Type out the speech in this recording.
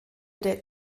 der